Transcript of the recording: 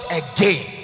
again